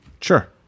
Sure